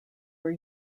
were